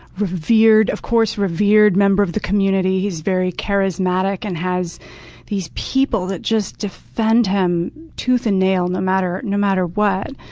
of course, revered member of the community. he's very charismatic and has these people that just defend him tooth and nail, no matter no matter what.